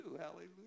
Hallelujah